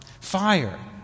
Fire